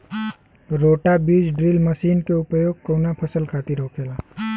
रोटा बिज drill machine के उपयोग कऊना फसल खातिर होखेला?